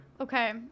Okay